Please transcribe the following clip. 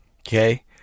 Okay